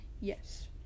yes